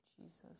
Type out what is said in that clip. Jesus